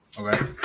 Okay